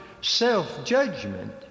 self-judgment